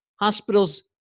Hospitals